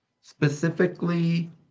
Specifically